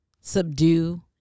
Subdue